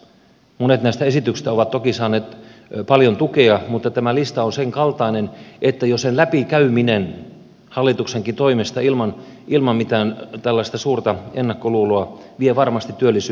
monet näistä esityksistä ovat toki saaneet paljon tukea mutta tämä lista on senkaltainen että jo sen läpikäyminen hallituksenkin toimesta ilman mitään tällaista suurta ennakkoluuloa vie varmasti työllisyyttä eteenpäin